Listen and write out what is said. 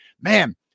man